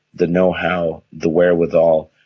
the know-how, the wherewithal,